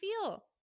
feel